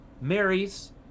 marries